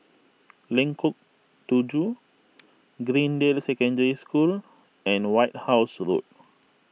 Lengkong Tujuh Greendale Secondary School and White House Road